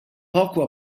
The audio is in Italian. poco